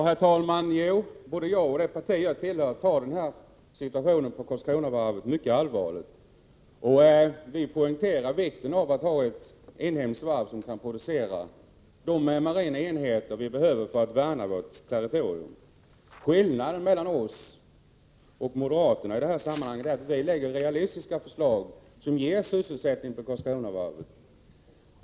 Herr talman! Jo, både jag och det parti jag tillhör ser mycket allvarligt på den här situationen vid Karlskronavarvet. Vi poängterar vikten av att ha ett inhemskt varv som kan producera de marina enheter vi behöver för att värna vårt territorium. Skillnaden mellan oss och moderaterna i det här sammanhanget är att vi lägger fram realistiska förslag som ger sysselsättning för Karlskronavarvet.